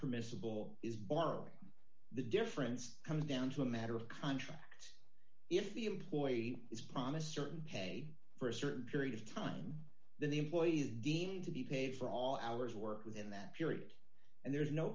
permissible is boring the difference comes down to a matter of contract if the employee is promised certain pay for a certain period of time that the employees deemed to be paid for all hours work within that period and there's no